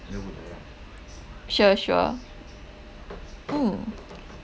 sure sure mm